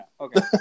okay